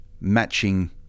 matching